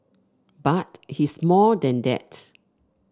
but he's more than that